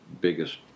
biggest